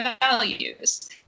values